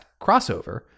crossover